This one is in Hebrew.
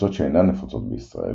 הקבוצות שאינן נפוצות בישראל,